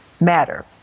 matter